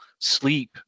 sleep